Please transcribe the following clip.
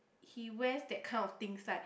he wears that kind of things like